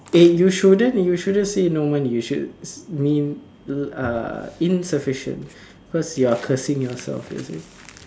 eh you shouldn't you shouldn't say no money you should mean uh insufficient because you are cursing yourself you see